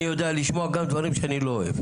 אני יודע לשמוע גם דברים שאני לא אוהב.